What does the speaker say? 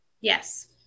Yes